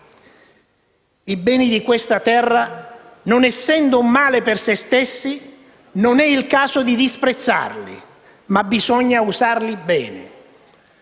I beni di questa terra, non essendo un male per se stessi, non è il caso di disprezzarli, ma bisogna usarli bene.